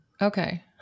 okay